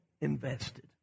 invested